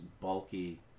bulky